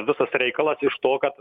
visas reikalas iš to kad